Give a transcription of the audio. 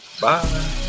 Bye